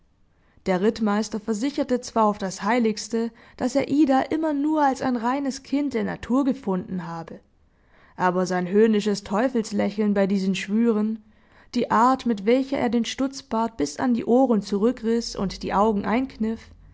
der rittmeister versicherte zwar auf das heiligste daß er ida immer nur als ein reines kind der natur gefunden habe aber sein höhnisches teufelslächeln bei diesen schwüren die art mit welcher er den stutzbart bis an die ohren zurückriß und die augen einkniff